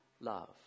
love